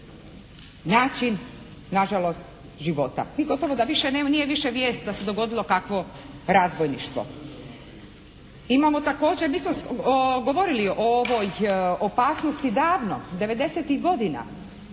način nažalost života. I gotovo da više nema, nije više vijest da se dogodilo kakvo razbojništvo. Imamo također, mi smo govorili o ovoj opasnosti davno, devedesetih